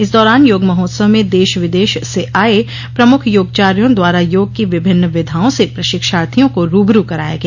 इस दौरान योग महोत्सव में देश विदेश से आए प्रमुख योगचार्यों द्वारा योग की विभिन्न विधाओं से प्रशिक्षार्थियों को रूबरू कराया गया